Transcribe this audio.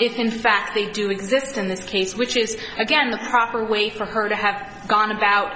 is in fact they do exist in this case which is again the proper way for her to have gone about